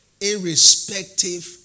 irrespective